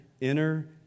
inner